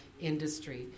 industry